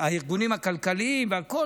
והארגונים הכלכליים והכול,